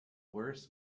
worst